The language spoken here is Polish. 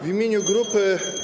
W imieniu grupy.